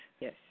Yes